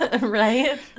right